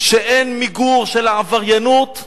שאין מיגור של העבריינות.